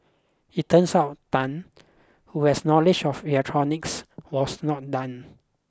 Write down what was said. it turns out Tan who has knowledge of electronics was not done